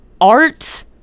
art